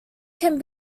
can